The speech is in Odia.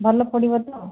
ଭଲ ପଡ଼ିବ ତ